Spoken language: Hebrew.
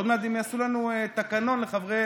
עוד מעט הם יעשו לנו תקנון לחברי